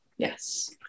Yes